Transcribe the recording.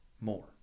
more